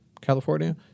California